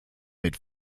mit